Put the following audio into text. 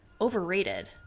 overrated